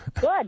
Good